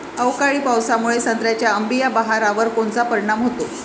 अवकाळी पावसामुळे संत्र्याच्या अंबीया बहारावर कोनचा परिणाम होतो?